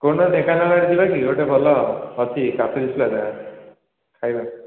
କହୁନୁ ଢେଙ୍କାନାଳ ଆଡ଼େ ଯିବା କି ଗୋଟିଏ ଭଲ ଅଛି କାଫିନସ ପ୍ଲାଜା ଖାଇବା